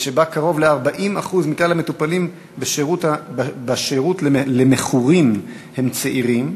ושבה קרוב ל-40% מכלל המטופלים בשירות למכורים הם צעירים,